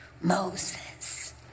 Moses